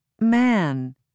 man